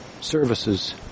services